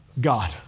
God